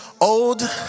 old